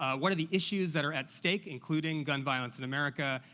ah what are the issues that are at stake, including gun violence in america,